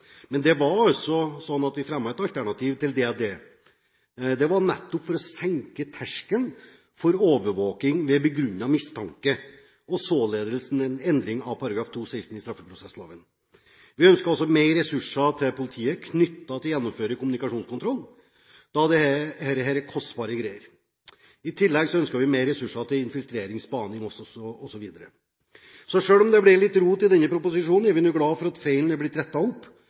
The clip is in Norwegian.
Men vi fremmet et alternativ til DLD, nettopp for å senke terskelen for overvåking ved begrunnet mistanke, og således en endring av § 216 i straffeprosessloven. Vi ønsker også mer ressurser til politiet knyttet til å gjennomføre kommunikasjonskontroll, da dette er kostbare greier. I tillegg ønsker vi mer ressurser til infiltrering, spaning, osv. Selv om det ble litt rot i denne proposisjonen, er vi nå glad for at feilen er blitt rettet opp,